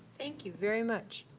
thank you very much.